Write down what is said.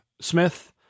Smith